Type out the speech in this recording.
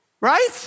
Right